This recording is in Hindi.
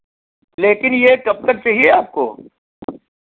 लेकिन ये कब तक चाहिए आपको